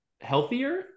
healthier